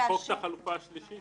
למחוק את החלופה השלישית.